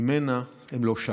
שממנה הם לא שבו.